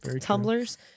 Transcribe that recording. tumblers